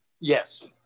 Yes